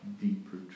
deeper